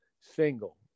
single